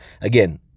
Again